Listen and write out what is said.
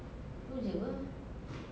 itu jer apa